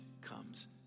comes